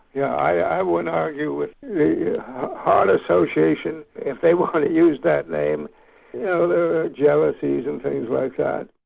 yeah, i wouldn't argue with the heart association. if they want to use that name, you know there are jealousies and things like that.